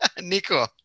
Nico